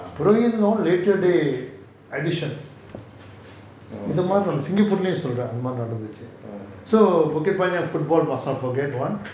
புரோகிதர்:progithar and all later day addition இது மாரி:ithu maari singapore லேயே நடந்துச்சு:layae nadanthuchi so bukit panjang football must not forget [one]